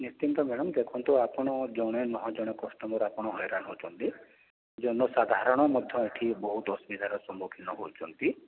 ନିଶ୍ଚିତ ମ୍ୟାଡ଼ାମ୍ ଦେଖନ୍ତୁ ଆପଣ ଜଣେ ଆଉ ଜଣେ କଷ୍ଟମର୍ ଆପଣ ହଇରାଣ ହେଉଛନ୍ତି ଜନସାଧାରଣ ମଧ୍ୟ ଏଠି ବହୁତ ଅସୁବିଧାର ସମ୍ମୁଖୀନ ହେଉଛନ୍ତି